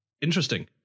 interesting